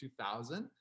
2000